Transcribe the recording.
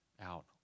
out